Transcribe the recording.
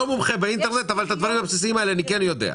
אני לא מומחה באינטרנט אבל את הדברים הבסיסיים האלה אני כן יודע.